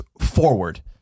forward